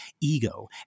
ego